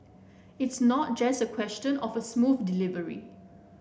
it's not just a question of a smooth delivery